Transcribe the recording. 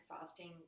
fasting